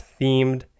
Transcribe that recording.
themed